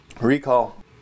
Recall